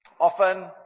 often